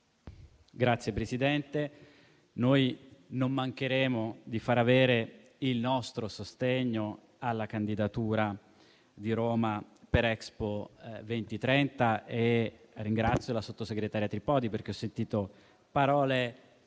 Signor Presidente, non mancheremo di far avere il nostro sostegno alla candidatura di Roma per Expo 2030 e ringrazio la sottosegretaria Tripodi, per aver pronunciato parole importanti